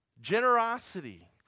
Generosity